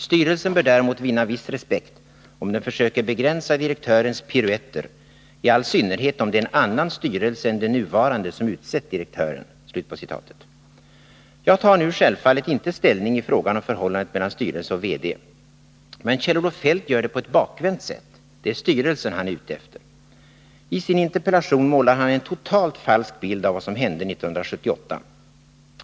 Styrelsen bör däremot vinna viss respekt om den försöker begränsa direktörens piruetter, i all synnerhet om det är en annan styrelse än den nuvarande som utsett direktören.” Jag tar nu självfallet inte ställning i frågan om förhållandet mellan styrelse och VD. Men Kjell-Olof Feldt gör det på ett bakvänt sätt. Det är styrelsen han är ute efter. I sin interpellation målar han en totalt falsk bild av vad som hände 1978.